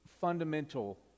fundamental